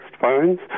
phones